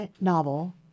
novel